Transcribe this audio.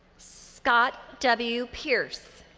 scott w. pierce.